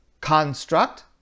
construct